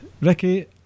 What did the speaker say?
Ricky